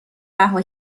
رها